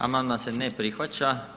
Amandman se ne prihvaća.